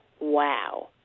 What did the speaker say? wow